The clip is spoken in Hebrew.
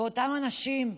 ואותם אנשים,